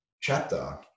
chapter